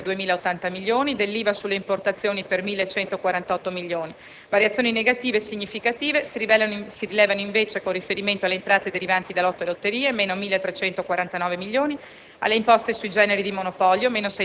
dell'IVA su scambi interni ed intracomunitari per circa 2.080 milioni e dell'IVA sulle importazioni per 1.148 milioni. Variazioni negative significative si rilevano invece con riferimento alle entrate derivanti da Lotto e lotterie (meno 1.349 milioni